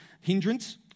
hindrance